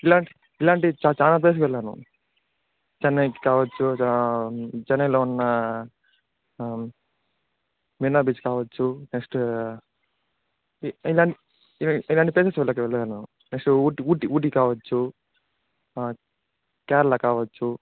ఇలాంటి ఇలాంటి చాలా ప్లేస్లకి వెళ్ళాను చెన్నైకి కావొచ్చు చెన్నైలో ఉన్నా మెరీనా బీచ్ కావొచ్చు నెక్స్టు ఇ ఇలాంటి ఇలాంటి ప్లేసెస్ చూడ్డానికి వెళ్ళాను నెక్స్టు ఊటీ ఊటీ ఊటీ కావొచ్చు కేరళ కావొచ్చు